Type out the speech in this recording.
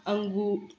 अंगूर